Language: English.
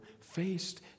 faced